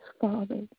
Father